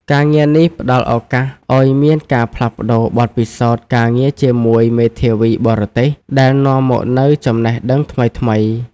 ការងារនេះផ្តល់ឱកាសឱ្យមានការផ្លាស់ប្តូរបទពិសោធន៍ការងារជាមួយមេធាវីបរទេស ដែលនាំមកនូវចំណេះដឹងថ្មីៗ។